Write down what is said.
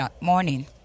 morning